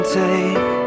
take